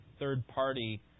third-party